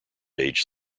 age